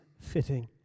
fitting